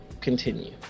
continue